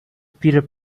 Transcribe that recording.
peter